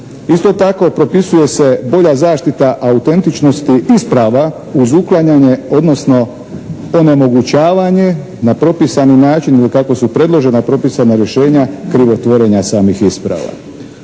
Isto tako propisuje se bolja zaštita autentičnosti isprava uz uklanjanje odnosno onemogućavanje na propisani način ili kako su predložena propisana rješenja krivotvorenja samih isprava.